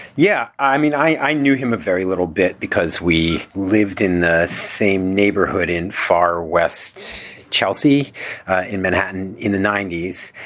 yeah. i mean, i knew him a very little bit because we lived in the same neighborhood in far west chelsea in manhattan in the ninety s.